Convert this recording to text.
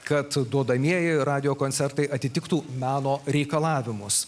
kad duodamieji radijo koncertai atitiktų meno reikalavimus